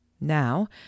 now